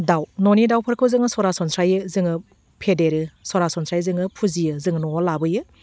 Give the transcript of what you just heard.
दाउ न'नि दाउफोरखौ जोङो सरासनस्रायै जोङो फेदेरो सरासनस्रायै जोङो फुजियो जोङो न'वाव लाबोयो